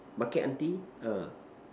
Market auntie err